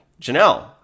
Janelle